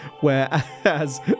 whereas